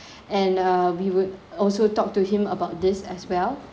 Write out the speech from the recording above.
and uh we would also talk to him about this as well